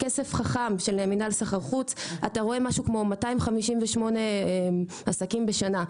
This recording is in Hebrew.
כסף חכם של מינהל סחר חוץ - כ-258 עסקים בשנה.